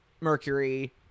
Mercury